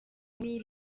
nkuru